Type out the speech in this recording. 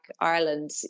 Ireland